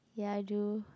ya I do